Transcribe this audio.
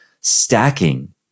stacking